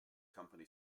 company